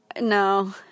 no